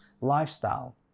lifestyle